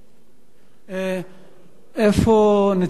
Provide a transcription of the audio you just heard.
איפה נציג הממשלה,